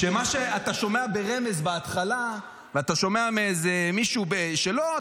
שמה שאתה שומע ברמז בהתחלה ואתה שומע מאיזה מישהו שלא,